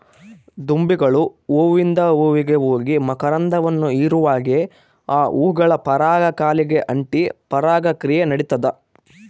ದುಂಬಿಗಳು ಹೂವಿಂದ ಹೂವಿಗೆ ಹೋಗಿ ಮಕರಂದವನ್ನು ಹೀರುವಾಗೆ ಆ ಹೂಗಳ ಪರಾಗ ಕಾಲಿಗೆ ಅಂಟಿ ಪರಾಗ ಕ್ರಿಯೆ ನಡಿತದ